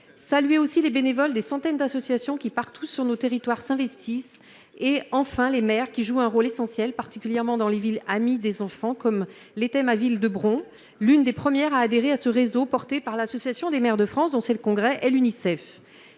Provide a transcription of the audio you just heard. saluer les bénévoles des centaines d'associations qui, partout sur nos territoires, s'investissent. Je veux enfin saluer les maires, qui jouent un rôle essentiel, particulièrement dans les Villes amies des enfants comme l'était ma ville de Bron, l'une des premières à adhérer à ce réseau lancé par l'Association des maires de France, dont le congrès se tient